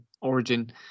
origin